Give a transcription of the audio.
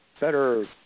better